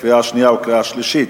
קריאה שנייה וקריאה שלישית.